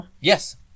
yes